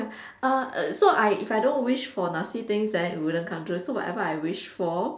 uh err so I if I don't wish for nasty things then it wouldn't come true so whatever I wish for